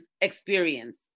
experience